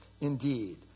Indeed